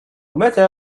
متى